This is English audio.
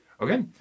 Okay